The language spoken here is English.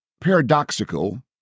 paradoxical